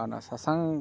ᱟᱨ ᱚᱱᱟ ᱥᱟᱥᱟᱝ